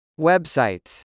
Websites